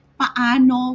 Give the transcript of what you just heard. paano